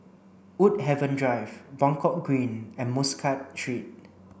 Woodhaven Drive Buangkok Green and Muscat Street